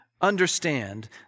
Understand